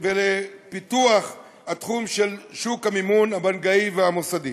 ולפיתוח של שוק המימון הבנקאי והמוסדי.